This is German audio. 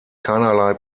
keinerlei